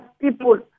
people